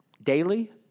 daily